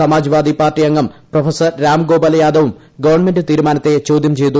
സമാജ് വാദി Party അംഗം professor Ramgopal യാദവും government തീരുമാനത്തെ ചോദ്യം ചെയ്തു